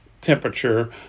temperature